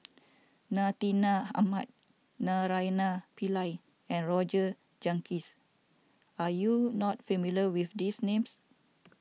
Ahmad Naraina Pillai and Roger Jenkins are you not familiar with these names